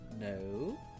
No